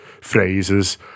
phrases